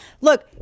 Look